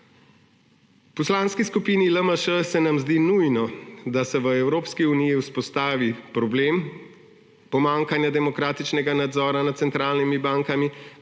Poslanski skupini LMŠ se nam zdi nujno, da se v Evropski uniji vzpostavi problem pomanjkanja demokratičnega nadzora nad centralnimi bankami